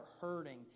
hurting